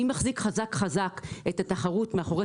מי מחזיק חזק חזק את התחרות מאחורי